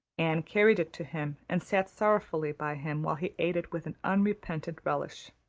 anne carried it to him and sat sorrowfully by him while he ate it with an unrepentant relish.